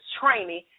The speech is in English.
training